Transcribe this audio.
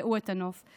יפצעו את הנוף /